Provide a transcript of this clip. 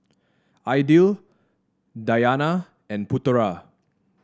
Aidil Dayana and Putera